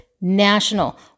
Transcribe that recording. national